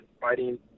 fighting